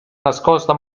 nascosta